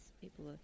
people